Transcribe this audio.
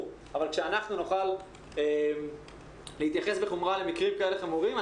אבל כדי שאנחנו נוכל להתייחס בחומרה למקרים כאלה חמורים,